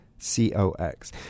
C-O-X